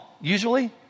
usually